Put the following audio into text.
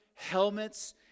Helmets